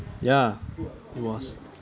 ya it was